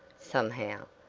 somehow,